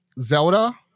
Zelda